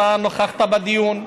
אתה נכחת בדיון,